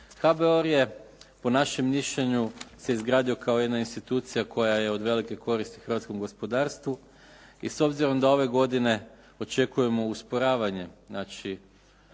HBOR je po našem mišljenju se izgradio kao jedna institucija koja je od velike koristi hrvatskom gospodarstvu. I s obzirom da ove godine očekujemo usporavanje,